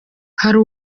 hari